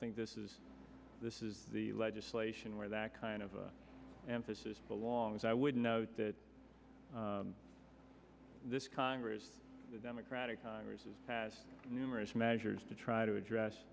think this is this is the legislation where that kind of emphasis belongs i would note that this congress the democratic congress has numerous measures to try to address